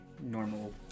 normal